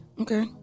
Okay